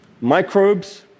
microbes